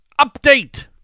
update